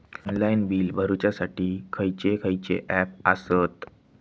Online bill भरुच्यासाठी खयचे खयचे ऍप आसत?